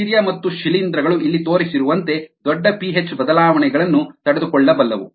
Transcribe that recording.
bacteria ಮತ್ತು ಶಿಲೀಂಧ್ರಗಳು ಇಲ್ಲಿ ತೋರಿಸಿರುವಂತೆ ದೊಡ್ಡ ಪಿಹೆಚ್ ಬದಲಾವಣೆಗಳನ್ನು ತಡೆದುಕೊಳ್ಳಬಲ್ಲವು